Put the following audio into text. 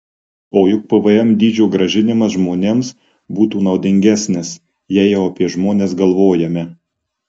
o juk pvm dydžio grąžinimas žmonėms būtų naudingesnis jei jau apie žmones galvojame